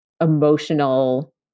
emotional